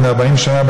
לפני 40 שנה,